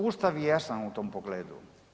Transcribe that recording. Ustav je jasan u tom pogledu.